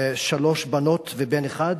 שלוש בנות ובן אחד,